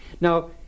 Now